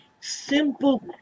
simple